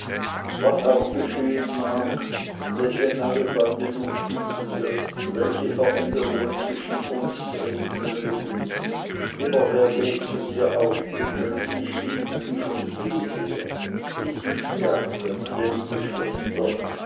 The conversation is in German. was auch geschehen mag welche neue bande du knüpfen wirst welche veränderungen zwischen uns treten mögen immer werde ich zu dir aufblicken und dich lieben wie von jeher bis ich sterbe meine liebe schwester